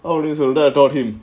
oh there's a lead taught him